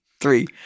Three